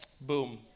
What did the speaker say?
Boom